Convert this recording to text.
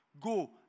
go